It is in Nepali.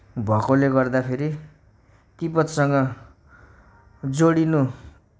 भएकोले गर्दाखेरि तिब्बतसँग जोडिनु